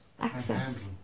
access